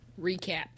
Recap